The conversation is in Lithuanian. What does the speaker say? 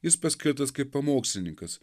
jis paskirtas kaip pamokslininkas